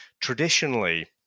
traditionally